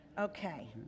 Okay